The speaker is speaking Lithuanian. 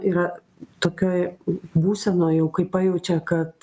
yra tokioj būsenoj jau kai pajaučia kad